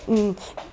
mm